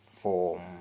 form